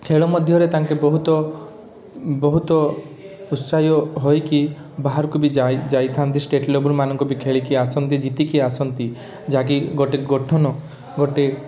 ଖେଳ ମଧ୍ୟରେ ତାଙ୍କେ ବହୁତ ବହୁତ ଉତ୍ସାହ ହୋଇକି ବାହାରକୁ ବି ଯାଇ ଯାଇଥାନ୍ତି ଷ୍ଟେଟ ଲେବୁଲ ମାନଙ୍କୁ ବି ଖେଳିକି ଆସନ୍ତି ଜିତିକି ଆସନ୍ତି ଯାହାକି ଗୋଟେ ଗଠନ ଗୋଟେ